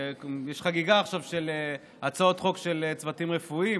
יש עכשיו חגיגה של הצעות חוק על צוותים רפואיים,